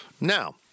Now